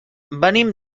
venim